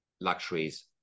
luxuries